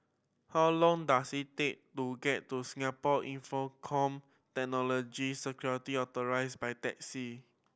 how long does it take to get to Singapore Infocomm Technology Security by taxi